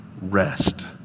rest